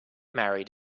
married